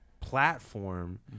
platform